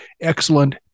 excellent